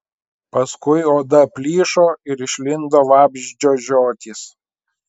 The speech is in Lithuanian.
paskui oda plyšo ir išlindo vabzdžio žiotys